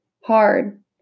hard